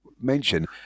mention